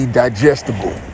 digestible